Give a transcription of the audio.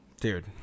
Dude